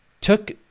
took